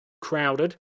crowded